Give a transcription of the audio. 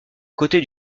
côté